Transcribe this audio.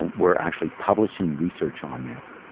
um we're actually publishing research on this,